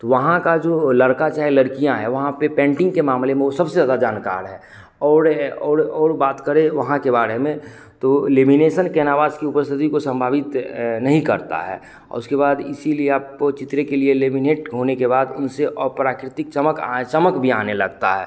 तो वहाँ का जो लड़का चहे लड़कियाँ हैं वहाँ पर पेन्टिंग के मामले में वह सबसे ज़्यादा जनकार है और ये अऊर अऊर बात करें वहाँ के बारे में तो लेमिनेसन कैनावास के ऊपर से यदि कोई संभावित नहीं करता है और उसके बाद इसीलिए आपको चित्र के लिए लेमिनेट होने के बाद उनसे अप्राकृतिक चमक चमक भी आने लगती है